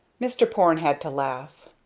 mr. porne had to laugh.